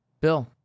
Bill